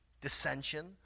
dissension